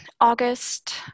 August